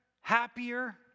happier